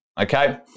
okay